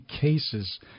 cases